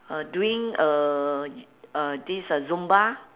uh doing uh uh this uh zumba